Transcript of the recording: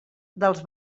dels